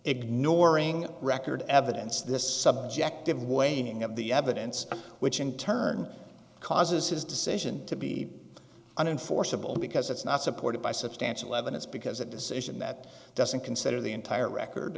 ignoring record evidence this subjective weighing of the evidence which in turn causes his decision to be unenforceable because it's not supported by substantial evidence because that decision that doesn't consider the entire record